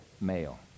male